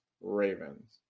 Ravens